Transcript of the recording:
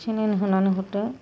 सेलाइन होनानै हरदो